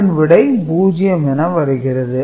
இதன் விடை 0 என வருகிறது